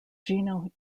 gino